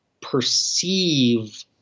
perceive